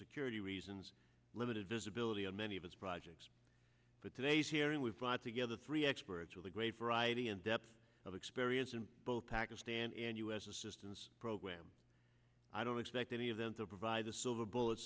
security reasons limited visibility on many of its projects but today's hearing we've brought together three experts with a great variety and depth of experience in both pakistan and u s assistance program i don't expect any of them to provide a silver bullet